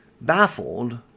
baffled